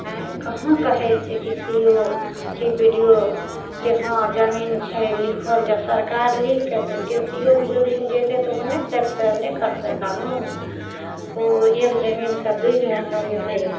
आँय कहाँ कहय छै कि सी ओ कि बी डी ओ कि हँ जमीन छै लिखल जब सरकार लिखके देलकइ C O B D O लग जेतय तऽ ओ नहि देखतइ ने करतइ कानून ओ एक जमीनके दू बेरकऽ लेतय